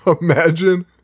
Imagine